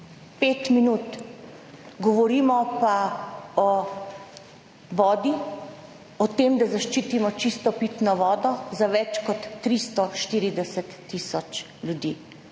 5 minut, govorimo pa o vodi, o tem, da zaščitimo čisto pitno vodo, za več kot 340 tisoč ljudi.